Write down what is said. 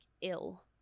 ill